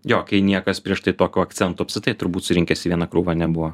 jo kai niekas prieš tai tokių akcentų apskritai turbūt surinkęs į vieną krūvą nebuvo